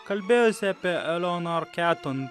kalbėjosi apie eleonor keton